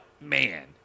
man